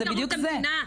זה בדיוק זה.